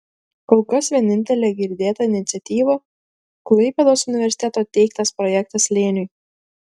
kol kas vienintelė girdėta iniciatyva klaipėdos universiteto teiktas projektas slėniui